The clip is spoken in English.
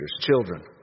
children